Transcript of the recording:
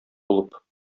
булып